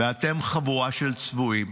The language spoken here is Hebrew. ואתם חבורה של צבועים,